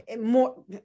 more